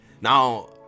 now